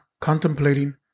contemplating